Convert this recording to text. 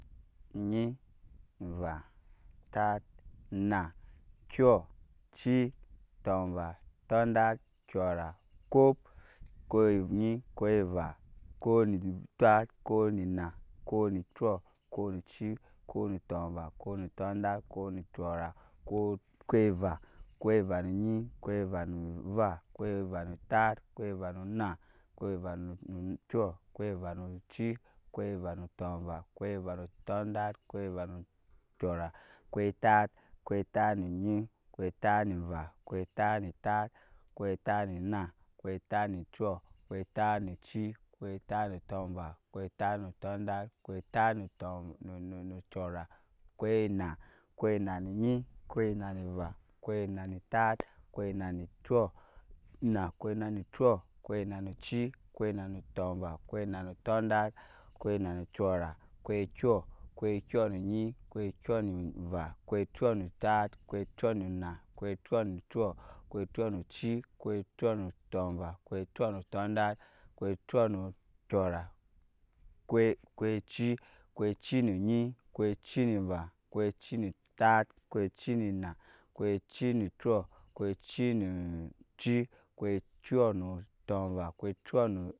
Enyi enva entat enna ekyɔ eci tundva tundat kyɔra okop okop nu enyi okop nu enva okop nu entat okop nu enna okop nu ekyɔ okop nu eci okop nu tunva okop nu tundata okop nu kyɔra ekyava nu ekyava nu enyi ekyava nuenva ekyava nuentat ekyava nu enna ekyava nu ekyɔ ekyava nu eci. ekyava nu tinva ekyava nu kyɔra ekyetat ekyetat nu. enyi ekyetat nu. enva ekyetat nu entat ekyetat nu enna ekyetat nu ekyɔ ekyetat nu eci ekyetat nu tunva ekyetat nu tundat ekyetat nu. kyora ekyena ekyena nu ekyena nu enyi ekyena nuenua ekyena nu entat ekyena nu yeyo ekyena nu eci ekyena nu tunua ekyena nu tundat ekyena nukyɔra ekyekyɔ ekyekyɔ nu ekyekyɔ nu enyi ekyekyɔ nu enva ekyekyɔ nuentat ekyekyɔ nuenna ekyekyɔ nuekyɔ ekyekyɔ nueci ekyekyɔ nu tunda ekyekyɔ nu tundat kayɔra ekyecl ekyecal nu ekyecal nu enyi ekyecal nu enva ekyecal nu entat ekyecal nu enna ekyecal nu ekyɔ ekyecal nu eci ekyecal nu ekyicyɔ nu,